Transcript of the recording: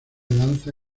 danza